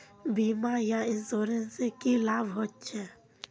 बीमा या इंश्योरेंस से की लाभ होचे?